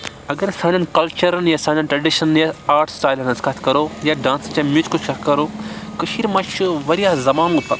اگر سانیٚن کَلچَرَن یا سانیٚن ٹرٛیٚڈِشَنن یا آرٹ سٹایلَن ہنٛز کَتھ کَرو یا ڈانسٕچ چاہے میوٗزِکٕچ کَتھ کَرو کٔشیٖر منٛز چھِ واریاہ زَمانو پتہٕ